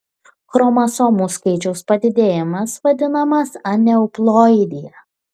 chromosomų skaičiaus padidėjimas vadinamas aneuploidija